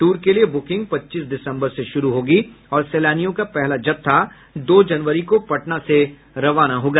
ट्र के लिए ब्रकिंग पच्चीस दिसम्बर से शुरू होगी और सैलानियों का पहला जत्था दो जनवरी को पटना से रवाना होगा